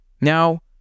Now